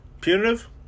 Punitive